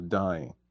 dying